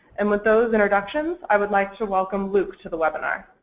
and with those introductions i would like to welcome luc to the webinar.